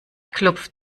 klopft